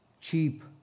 cheap